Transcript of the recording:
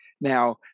Now